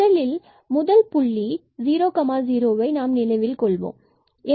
முதலில் முதல் புள்ளி00 நாம் நினைவில் கொள்வது ஆகும்